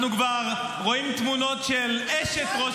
אנחנו כבר רואים תמונות של אשת ראש